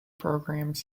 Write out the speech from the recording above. programs